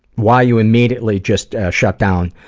why you immediately, just, shut down,